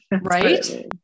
Right